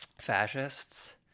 fascists